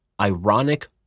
ironic